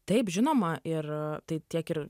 taip žinoma ir tai tiek ir